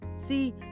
See